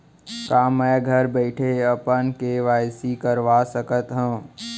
का मैं घर बइठे अपन के.वाई.सी करवा सकत हव?